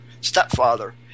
stepfather